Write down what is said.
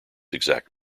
exact